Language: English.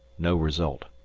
no result.